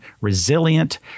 resilient